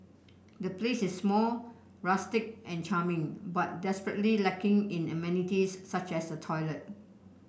the place is small rustic and charming but desperately lacking in amenities such as a toilet